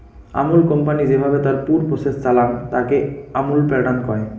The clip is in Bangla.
আমুল কোম্পানি যেভাবে তার পুর প্রসেস চালাং, তাকে আমুল প্যাটার্ন কয়